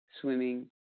swimming